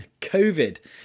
COVID